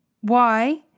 Why